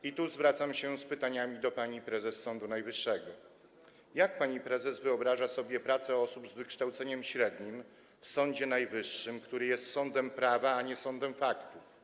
I tu zwracam się z pytaniami do pani prezes Sądu Najwyższego: Jak pani prezes wyobraża sobie pracę osób z wykształceniem średnim w Sądzie Najwyższym, który jest sądem prawa, a nie sądem faktów?